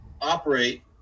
operate